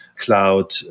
cloud